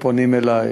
ושואלים: